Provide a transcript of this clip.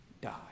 die